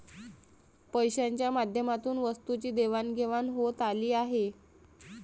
पैशाच्या माध्यमातून वस्तूंची देवाणघेवाण होत आली आहे